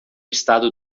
estado